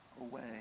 away